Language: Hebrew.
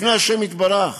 לפני ה' יתברך.